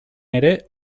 ere